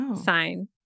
sign